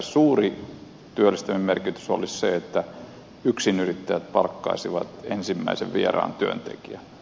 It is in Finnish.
suuri työllistävä merkitys olisi sillä että yksinyrittäjät palkkaisivat ensimmäisen vieraan työntekijän